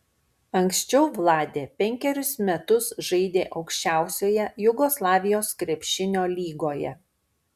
anksčiau vladė penkerius metus žaidė aukščiausioje jugoslavijos krepšinio lygoje